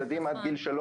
הביתה.